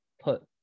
put